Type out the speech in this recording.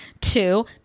Two